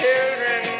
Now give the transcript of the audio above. Children